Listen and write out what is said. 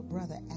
Brother